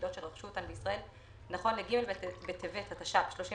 יחידות שרכשו אותן בישראל נכון ליום ג' בטבת התש"ף (31